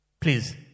Please